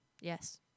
Yes